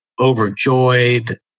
overjoyed